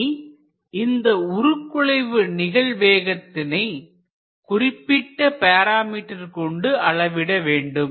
இனி இந்த உருக்குலைவு நிகழ் வேகத்தினை குறிப்பிட்ட பேராமீட்டர் கொண்டு அளவிட வேண்டும்